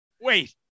Wait